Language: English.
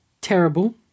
terrible